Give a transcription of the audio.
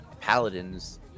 paladins